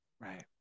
right